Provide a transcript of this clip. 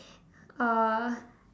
uh